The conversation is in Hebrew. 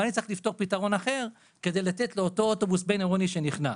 ואני צריך למצוא פתרון אחר כדי לתת לאותו אוטובוס בין-עירוני שנכנס.